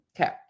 okay